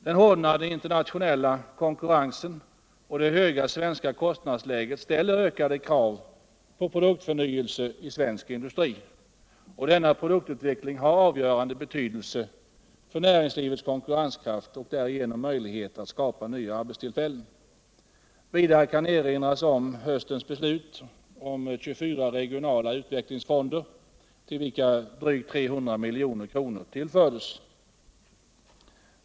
Den hårdnande internationella konkurrensen och det höga svenska kostnadsläget ställer ökade krav på produktförnyelse i svensk industri. Denna produktutveckling har avgörande betydelse för näringslivets konkurrenskraft och därigenom för dess möjligheter att skapa nya arbetstillfällen.